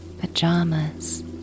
pajamas